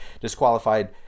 disqualified